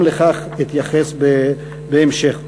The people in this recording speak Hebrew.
גם לכך אתייחס בהמשך.